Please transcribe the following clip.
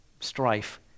strife